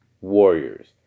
Warriors